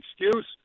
excuse